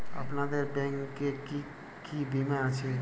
আপনাদের ব্যাংক এ কি কি বীমা আছে?